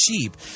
cheap